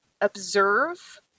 observe